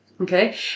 Okay